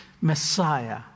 Messiah